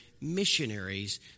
missionaries